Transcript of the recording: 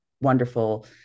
wonderful